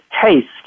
taste